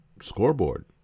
scoreboard